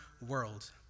world